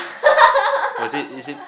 was it is it